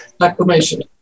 Acclamation